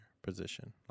position